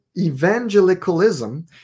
evangelicalism